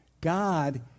God